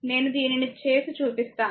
నేను దీనిని చేసి చూపిస్తాను